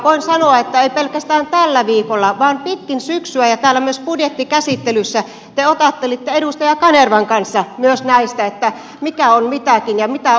voin sanoa että ei pelkästään tällä viikolla vaan pitkin syksyä ja täällä myös budjettikäsittelyssä te otattelitte edustaja kanervan kanssa myös näistä mikä on mitäkin ja mitä uudelleenarvioidaan